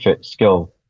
skill